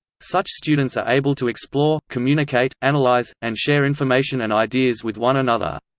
such students are able to explore, communicate, analyze, and share information and ideas with one another.